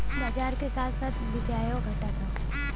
बाजार के साथ साथ बियाजो घटत हौ